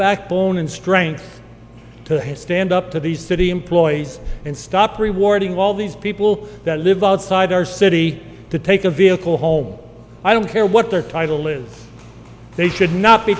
backbone and strength to stand up to these city employees and stop rewarding all these people that live outside our city to take a vehicle home i don't care what their title is they should not be